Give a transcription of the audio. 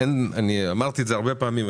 אני אמרתי את זה הרבה פעמים,